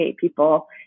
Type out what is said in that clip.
people